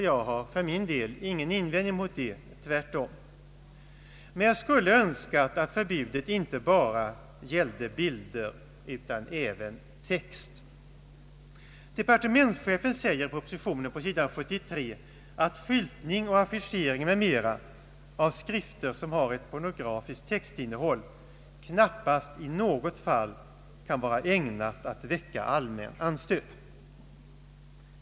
Jag har för min del ingen invändning mot det, tvärtom, men skulle önskat att förbudet inte bara gällde bilder utan även text. Departementschefen anför i propositionen på sidan 73 att skyltning och affischering m.m. av skrifter som har ett pornografiskt textinnehåll knappast i något fall kan vara ägnat att väcka allmän anstöt.